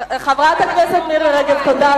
חברת הכנסת מירי רגב, תודה.